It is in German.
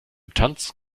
tanz